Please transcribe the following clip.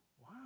wow